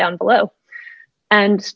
down below and